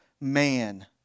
man